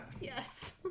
Yes